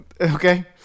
Okay